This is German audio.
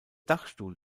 dachstuhl